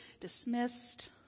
dismissed